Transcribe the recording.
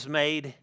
made